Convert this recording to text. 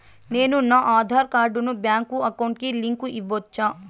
నేను నా ఆధార్ కార్డును బ్యాంకు అకౌంట్ కి లింకు ఇవ్వొచ్చా?